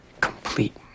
complete